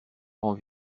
rend